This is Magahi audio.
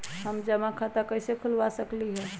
हम जमा खाता कइसे खुलवा सकली ह?